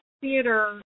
Theater